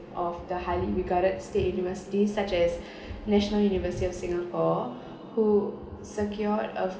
of the highly regarded state universities such as national university of singapore who secured a